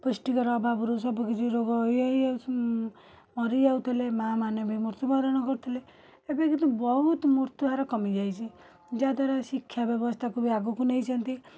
ପୃଷ୍ଟିକର ଅଭାବରୁ ସବୁ କିଛି ରୋଗ ହେଉଥିଲା ମରି ଯାଉଥିଲେ ମା'ମାନେ ବି ମୃତ୍ୟୁବରଣ କରୁଥିଲେ ଏବେ କିନ୍ତୁ ବହୁତ ମୃତ୍ୟୁହାର କମିଯାଇଛି ଯାହାଦ୍ୱାରା ଶିକ୍ଷା ବ୍ୟବସ୍ଥାକୁ ବି ଆଗକୁ ନେଇଛନ୍ତି